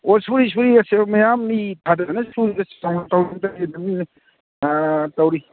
ꯑꯣ ꯁꯨꯔꯤ ꯁꯨꯔꯤ ꯁꯨꯝ ꯃꯌꯥꯝ ꯃꯤ ꯊꯥꯗꯗꯅ ꯁꯨꯔꯤꯕ ꯆꯥꯎꯅ ꯇꯧꯔꯤ ꯑꯥ ꯇꯧꯔꯤ